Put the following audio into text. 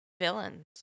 Villains